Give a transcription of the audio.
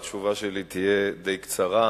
התשובה שלי תהיה די קצרה,